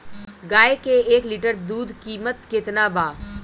गाय के एक लीटर दूध कीमत केतना बा?